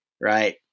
Right